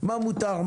מה מותר,